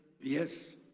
Yes